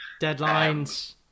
Deadlines